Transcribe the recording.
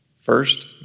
First